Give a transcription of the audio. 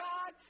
God